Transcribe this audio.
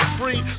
free